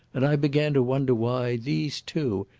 and i began to wonder why these, too,